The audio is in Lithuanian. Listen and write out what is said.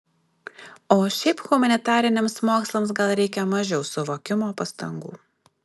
o šiaip humanitariniams mokslams gal reikia mažiau suvokimo pastangų